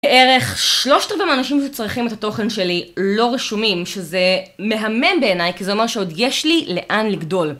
בערך שלושת רבעי מהאנשים שצורכים את התוכן שלי לא רשומים, שזה מהמם בעיניי, כי זה אומר שעוד יש לי לאן לגדול.